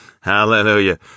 Hallelujah